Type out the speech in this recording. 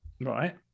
Right